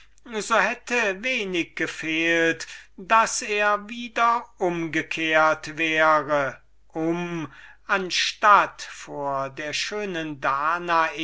so hätte wenig gefehlt daß er wieder umgekehrt wäre um anstatt vor der schönen danae